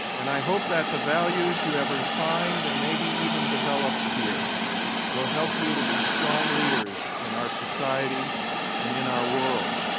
and i hope that the values you have refined and maybe even developed here will help you to be strong leaders in our society and in our world.